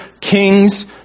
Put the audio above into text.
kings